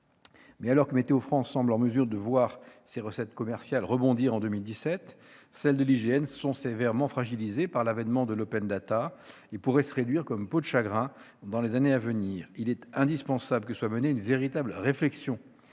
Mais alors que Météo France semble en mesure de voir ses recettes commerciales rebondir à compter de 2017, celles de l'IGN sont sévèrement fragilisées par l'avènement de l'open data et pourraient se réduire comme peau de chagrin dans les années à venir. Il est indispensable que soit menée une véritable réflexion,